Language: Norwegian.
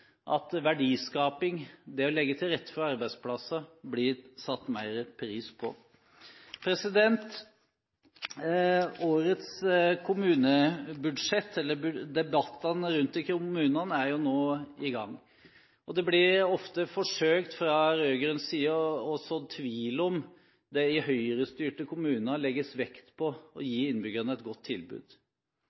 at verdiskaping, det å legge til rette for arbeidsplasser, blir satt mer pris på. Årets budsjettdebatter rundt om i kommunene er nå i gang. Det blir ofte fra rød-grønn side forsøkt å så tvil om det i Høyre-styrte kommuner blir lagt vekt på å gi innbyggerne et godt tilbud.